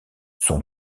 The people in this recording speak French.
son